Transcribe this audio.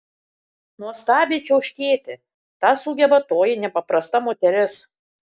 nuostabiai čiauškėti tą sugeba toji nepaprasta moteris